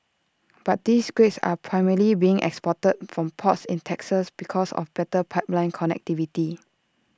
but these grades are primarily being exported from ports in Texas because of better pipeline connectivity